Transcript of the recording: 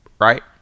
right